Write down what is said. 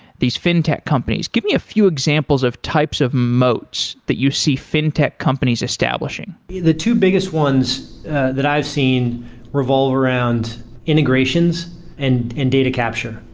these fintech companies, give me a few examples of types of moats that you see fintech companies establishing the the two biggest ones that i've seen revolve around integrations and data capture.